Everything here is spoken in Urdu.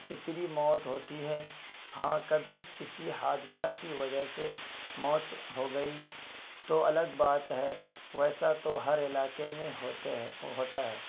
فطری موت ہوتی ہے ہاں کبھی کسی حادثہ کی وجہ سے موت ہو گئی تو الگ بات ہے ویسا تو ہر علاقے میں ہوتے ہے ہوتا ہے